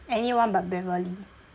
anyone but beverly